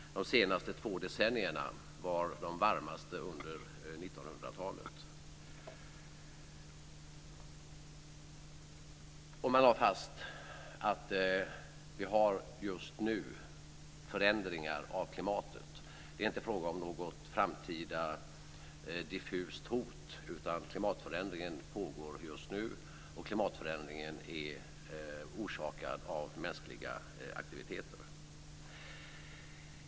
De senaste två decennierna var de varmaste under 1900-talet. Man lade fast att vi just nu har förändringar av klimatet. Det är inte fråga om något framtida diffust hot, utan klimatförändringen pågår just nu, och klimatförändringen är orsakad av mänskliga aktiviteter.